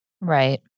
Right